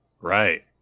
right